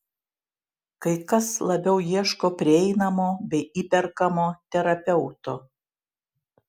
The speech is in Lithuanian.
kai kas labiau ieško prieinamo bei įperkamo terapeuto